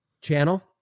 channel